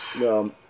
No